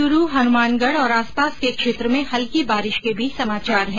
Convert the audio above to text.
चूरू हनुमानगढ़ और आसपास के क्षेत्र में हल्की बारिश के समाचार है